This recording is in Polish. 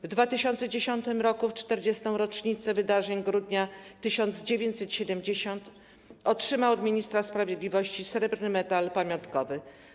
W 2010 r. w 40. rocznicę wydarzeń grudnia 1970 otrzymał od ministra sprawiedliwości srebrny medal pamiątkowy.